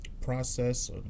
process